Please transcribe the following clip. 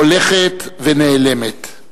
הולכת ונעלמת.